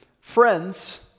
friends